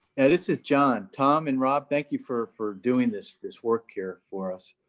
and this is john, tom and rob, thank you for for doing this this work here for us.